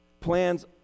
plans